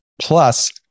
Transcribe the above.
Plus